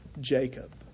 Jacob